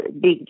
big